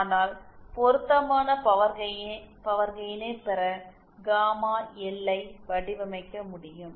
ஆனால் பொருத்தமான பவர் கெயினை பெற காமா எல் ஐ வடிவமைக்க முடியும்